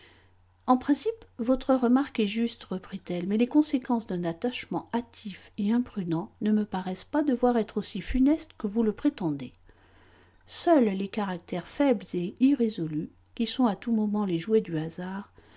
en principe votre remarque est juste reprit-elle mais les conséquences d'un attachement hâtif et imprudent ne me paraissent pas devoir être aussi funestes que vous le prétendez seuls les caractères faibles et irrésolus qui sont à tout moment les jouets du hasard